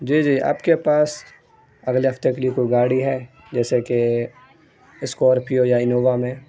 جی جی آپ کے پاس اگلے ہفتے کے لیے کوئی گاڑی ہے جیسے کہ اسکارپیو یا انووا میں